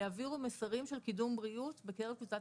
יעבירו מסרים של קידום בריאות בקרב קבוצת